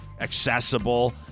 accessible